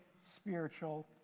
spiritual